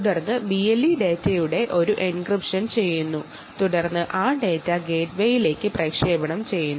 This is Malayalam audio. തുടർന്ന് BLE ഡാറ്റയുടെ ഒരു എൻക്രിപ്ഷൻ നടക്കുന്നു ആ ഡാറ്റ ഗേറ്റ്വേയിലേക്ക് പ്രക്ഷേപണം ചെയ്യുന്നു